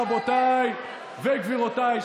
רבותיי וגבירותיי,